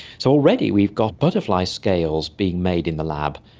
so already we're got butterfly scales being made in the lab,